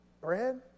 Bread